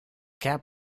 cap